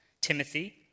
Timothy